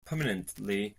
permanently